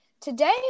Today